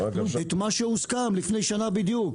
את מה שהוסכם לפני שנה בדיוק.